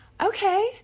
Okay